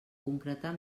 concretar